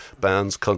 bands